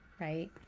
right